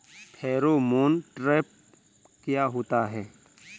Pheromone trap क्या होता है?